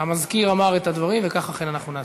המזכירה אמר את הדברים, וכך אכן אנחנו נעשה.